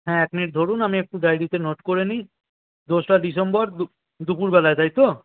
হ্যাঁ এক মিনিট ধরুন আমি একটু ডাইরিতে নোট করে নিই দোসরা ডিসেম্বর দুপ দুপুরবেলায় তাই তো